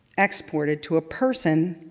exported to a person